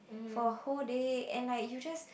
for whole day and like you just